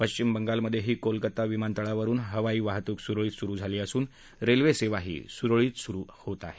पश्चिम बंगालमधेही कोलकाता विमानतळावरून हवाई वाहतूक सुरळीत सुरु झाली असून रेल्वेसेवाही स्रळीत स्रु होत आहे